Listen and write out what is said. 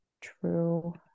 True